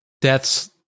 death's